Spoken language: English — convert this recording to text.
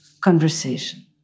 conversation